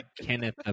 Kenneth